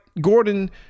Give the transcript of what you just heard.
gordon